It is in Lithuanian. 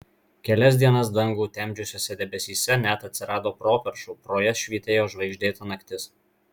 kelias dienas dangų temdžiusiuose debesyse net atsirado properšų pro jas švytėjo žvaigždėta naktis